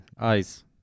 Eyes